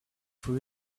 for